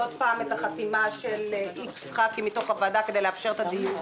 עוד פעם חתימה של X חברי כנסת מתוך הוועדה כדי לאפשר את הדיון.